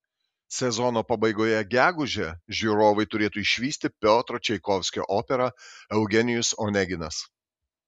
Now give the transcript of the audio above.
sezono pabaigoje gegužę žiūrovai turėtų išvysti piotro čaikovskio operą eugenijus oneginas